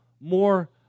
more